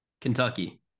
Kentucky